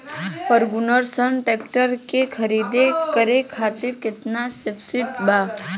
Ferguson tractor के खरीद करे खातिर केतना सब्सिडी बा?